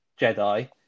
Jedi